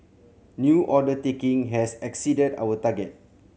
new order taking has exceeded our target